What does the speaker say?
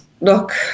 look